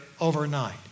overnight